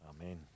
Amen